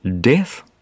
death